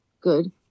good